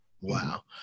Wow